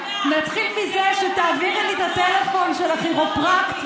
נתחיל מזה שתעבירי לי את הטלפון של הכירופרקט,